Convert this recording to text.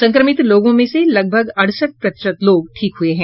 संक्रमित लोगों में से लगभग अड़सठ प्रतिशत लोग ठीक हुये हैं